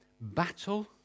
battle